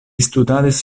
studadis